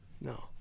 No